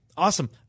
Awesome